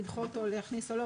אם לדחות או להכניס או לא,